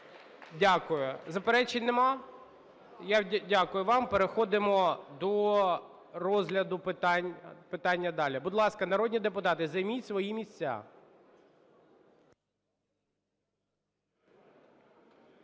Дякую. Заперечень нема? Я дякую вам. Переходимо до розгляду питання далі. Будь ласка, народні депутати, займіть свої місця.